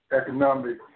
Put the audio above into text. economic